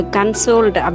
consoled